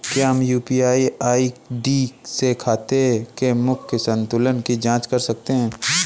क्या हम UPI ID से खाते के मूख्य संतुलन की जाँच कर सकते हैं?